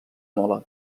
mola